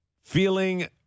feeling